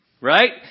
Right